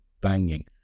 banging